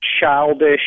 childish